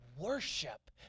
worship